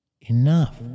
enough